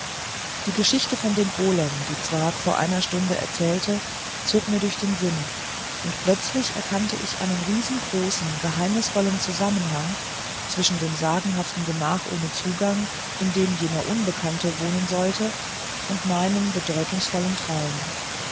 die geschichte von dem golem die zwakh vor einer stunde erzählte zog mir durch den sinn und plötzlich erkannte ich einen riesengroßen geheimnisvollen zusammenhang zwischen dem sagenhaften gemach ohne zugang in dem jener unbekannte wohnen sollte und meinem bedeutungsvollen traum